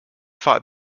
fought